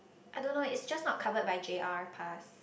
I don't know it's just not covered by J_R pass